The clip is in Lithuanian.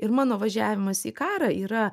ir mano važiavimas į karą yra